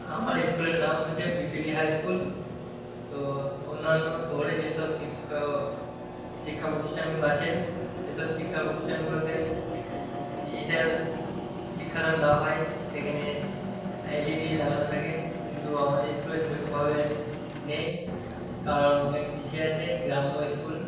আমার স্কুলের নাম হচ্ছে P P D high school তো অন্যান্য শহরে যে সব শিক্ষা শিক্ষা প্রতিষ্ঠানগুলো আছে সে সব শিক্ষা প্রতিষ্ঠানগুলোতে ডিজিটাল শিক্ষাদান দেওয়া হয় সেখানে এল ই ডি লাগানো থাকে কিন্তু আমাদের স্কুলে সেরকমভাবে নেই কারণ অনেক পিছিয়ে আছে গ্রাম্য স্কুল